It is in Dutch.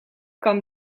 kan